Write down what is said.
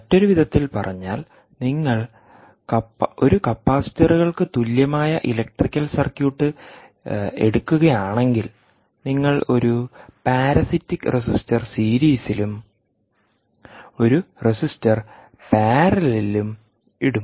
മറ്റൊരു വിധത്തിൽ പറഞ്ഞാൽ നിങ്ങൾ ഒരു കപ്പാസിറ്ററുകൾക്ക് തുല്യമായ ഇലക്ട്രിക്കൽ സർക്യൂട്ട് എടുക്കുകയാണെങ്കിൽ നിങ്ങൾ ഒരു പാരസിറ്റിക് റെസിസ്റ്റർസീരീസിലും ഒരു റെസിസ്റ്റർ പാരലലിലും ഇടും